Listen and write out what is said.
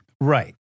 Right